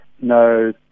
no